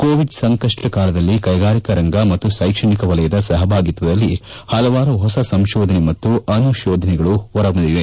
Covid ಸಂಕಷ್ಟ ಕಾಲದಲ್ಲಿ ಕೈಗಾರಿಕಾ ರಂಗ ಮತ್ತು ಶೈಕ್ಷಣಿಕ ವಲಯದ ಸಪಭಾಗಿತ್ವದಲ್ಲಿ ಪಲವಾರು ಹೊಸ ಸಂಶೋಧನೆ ಮತ್ತು ಅನುಶೋಧನೆಗಳು ಹೊರಮೂಡಿವೆ